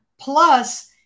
Plus